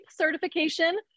certification